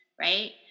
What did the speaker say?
Right